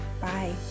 Bye